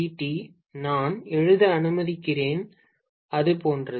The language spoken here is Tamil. dΦdt நான் எழுத அனுமதிக்கிறேன் அது போன்றது